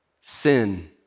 Sin